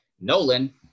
Nolan